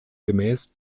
gemäß